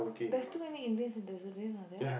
there's too many Indians in the